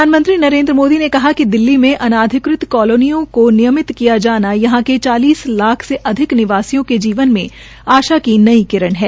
प्रधानमंत्री नरेन्द्र मोदी ने कहा है कि दिल्ली में अनाधिकृत कालोनियों को विकसित किया जाना यहां के चालीस लाख से अधिक निवासियों के जीवन में आशा की नई किरण है